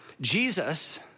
Jesus